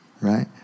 Right